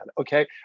Okay